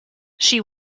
she